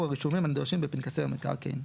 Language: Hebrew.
הרישומים הנדרשים בפנקסי המקרקעין,